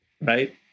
right